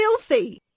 filthy